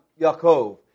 Yaakov